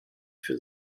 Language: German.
für